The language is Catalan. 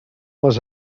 les